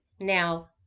now